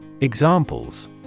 Examples